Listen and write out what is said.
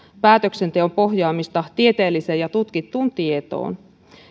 päätöksenteon pohjaamista tieteelliseen ja tutkittuun tietoon